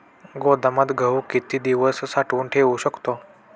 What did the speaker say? गोदामात गहू किती दिवस साठवून ठेवू शकतो?